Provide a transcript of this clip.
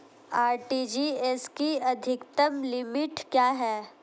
RTGS की अधिकतम limit क्या है?